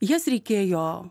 jas reikėjo